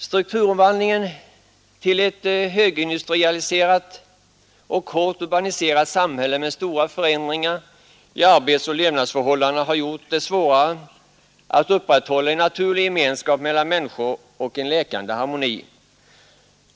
Strukturomvandlingen till ett högindustrialiserat och hårt urbaniserat samhälle med stora förändringar i arbetsoch levnadsförhållanden har gjort det svårare att upprätthålla en naturlig gemenskap mellan män niskor och en läkande harmoni.